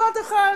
משפט אחד.